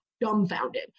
dumbfounded